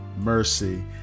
mercy